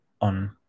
on